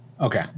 Okay